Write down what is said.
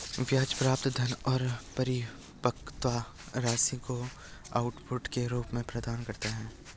ब्याज प्राप्त धन और परिपक्वता राशि को आउटपुट के रूप में प्रदान करता है